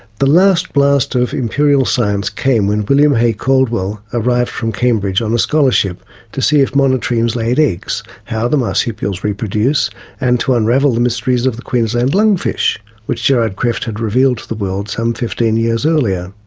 the last blast of imperial science came when william hay caldwell arrived from cambridge on a scholarship to see if monotremes laid eggs how the marsupials reproduce and to unravel the mysteries of the queensland lungfish which gerard krefft had revealed to the world, some fifteen years earlier.